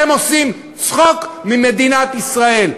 אתם עושים צחוק ממדינת ישראל.